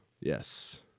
Yes